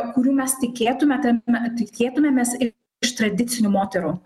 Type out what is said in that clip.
kurių mes tikėtume tame tikėtumėmės i iš tradicinių moterų